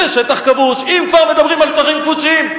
זה שטח כבוש, אם כבר מדברים על שטחים כבושים.